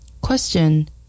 Question